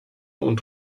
und